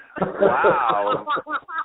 Wow